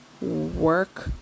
work